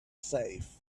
safe